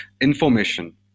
information